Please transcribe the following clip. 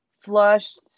flushed